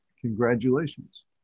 Congratulations